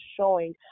showing